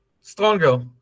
stronger